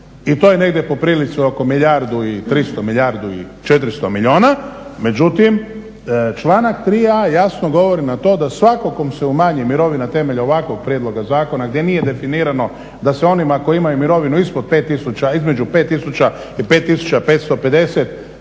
i to je negdje po prilici oko milijardu i 300, milijardu i 400 milijuna. Međutim, članak 3a. jasno govori na to da svatko kom se umanji mirovina temeljem ovakvog prijedloga zakona gdje nije definirano da se onima koji imaju mirovinu ispod 5000, između 5000 i 5550 mirovina